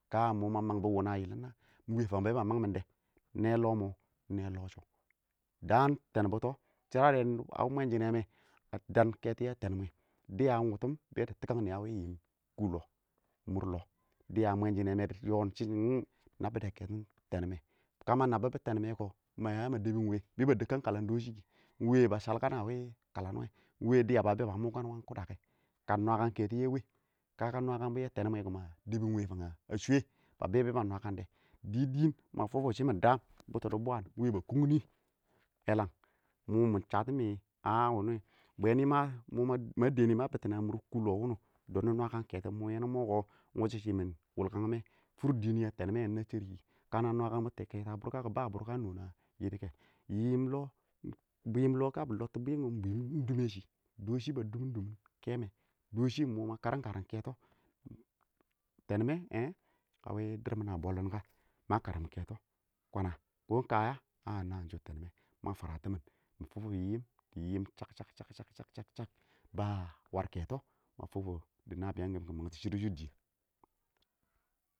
ka mɔ ma mang bɔ ɪng na yɪlɪm na, ɪng wɛ fang bɛ ba mangɪm dɛ? nɛɛ lɔ mɔ ɪng nɛɛ lɔ shɔ, daan tɛɛnbʊ tɔ shɪradɛ a wɪ mwɛn shinɛmɛ a dan kɛtɔ yɛ tɛnmwɛ, dɪya ɪng wʊtʊm bɪ dɪya tikan nɪ a wi yim kʊ lɔ, mʊr lɔ. dɪya mwɛnshinɛ dɪ yɔn shɪn hmm nab bɪdɛ kɛtɔn tɛnmɛ ka ma nabbʊ tenmɛ kɔ ma ya ma dɛbɪ ɪng wɛ ba dɛkkɛn kalam dɔshɪ kɪ? ɪng wɛ ba shalkan a wɪ kalam wɛ ɪng wɛ ba mʊkan kʊda kɛ, ka nwakan kɛtɔ yɛ wɛ, ka nwɛkan bɔ yɛ tɛn mɛ kɪ? kʊn ma dɛ bɪn wɛ, a shwɛ ba bɛɛ ba nwakan dɔ wɛ, dɪ dɪɪn ma fʊfʊ shɪmɪ daam bʊtɔ dɪ bwan ɪng wɛ ba kʊng dɪ? mɔm mɪ shatɔ mɪ bwɛnɪ ma dɛnnɪ ma bitinɛ a mʊr kʊ lɔ wɔ wɪnɪ, mɪ kɪnɪ, nwa kan kɛtɔ mɔ yɛ mɔ ɪng wʊshɪ shɪ mɪ wlskan mɛ, fʊr diin yɛ tɛnmɛ na shɛri kɪ ka na nwakan bɔ kɛtɔ a bʊrka bʊrkɛ a nɔ nɛ kwakandɔ kɛtɔ a bʊrka kɛ yɪm lɔ, bwɪɪm lɔ tabɪ lɔttɔ bwɪm kɪ ɪng dʊmɛshɪ dɔshɪ ba dʊmɛn ɪng mɔ kɛtɔ tɛɛnmɛ mɔ dɪrr mɪn a bɔllin ka ma karim kɛtɔ kana ma fwaratimin mɪ fʊk nɪ yɪ yɪm wɪ yɪm shakshak shakshɛ war kɛtɔ nabiyang dɪ mangtɔ shɪdʊ shʊ wɔ dɪɪn.